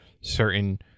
certain